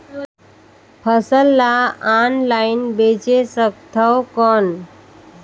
फसल ला ऑनलाइन बेचे सकथव कौन?